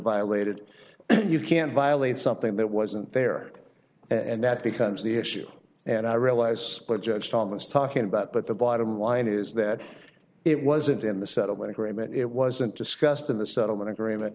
violated you can't violate something that wasn't there and that becomes the issue and i realize but judge thomas talking about but the bottom line is that it wasn't in the settlement agreement it wasn't discussed in the settlement agreement